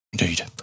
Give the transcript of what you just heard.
Indeed